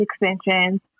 extensions